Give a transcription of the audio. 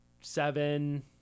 seven